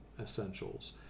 essentials